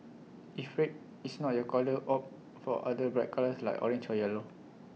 if red is not your colour opt for other bright colours like orange or yellow